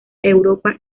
europa